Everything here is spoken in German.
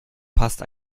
passt